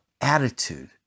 attitude